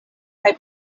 kaj